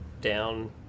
down